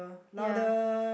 ya